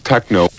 Techno